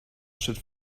should